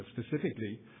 specifically